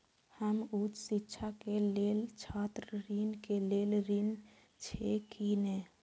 हम उच्च शिक्षा के लेल छात्र ऋण के लेल ऋण छी की ने?